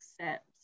accept